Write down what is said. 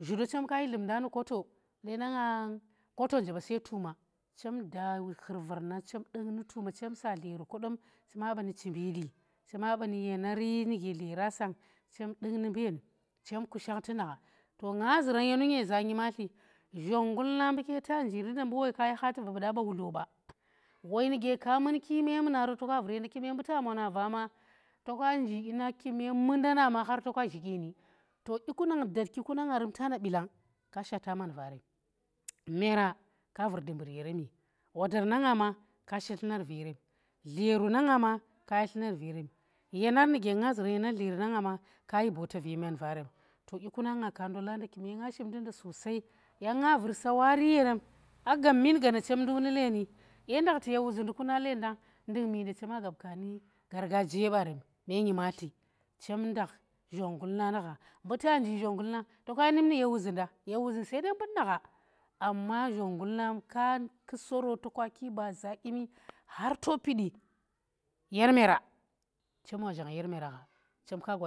zhu do chem kayi dlumnda au koyo, lendanga koto nje ba sai tuma chem da khurvara nang chem duk nu tuuma chem saa dleri kodom, chema banu chimbili, chema banu yereni nuge dlera sa, chem dukh nu mbu yen chem kushakh tu nda gha to nga zuran yonu ngeza nyimatli zhongnggul na mbuke ta njiri nda mbu woi kayi hati va bu da ba wudlo ba woi nuge ka mun ki memunaro toka vur ye nda kume mbuke ta moona vaa ma, to kanji dyina kume mundana ma toka zhi dyeni dyiki nang datki na nga rum tana bilang, ka shata man varem meera ka vur dumbur yere mi wodar na nga maka shi tlumar verem yenar nuge nga zuran yenar dleri nanga ma kayi boote ve man va to dyi ku nang nga ka ndola nda kuma nga ndola nda sossai yang nga vur sawari yerem a gabmin gaana, chem nduk nu leeni, dye ndakhti ye wuzindi kuna lendang ndukmi chema gab ka nu gargajiye barem me nyimatli chem ndakh zhongnggul nanu gha mbu ta nji zhongnggul na to keyi num nuye wuzinda, ye wuzin sai dai mbut na gha, zhongnggul naka kuso ro toka ki baa zaa dyimi to pidi yer meera, chem wa zhang yer meera gha chem ka gwa dumbur.